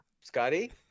Scotty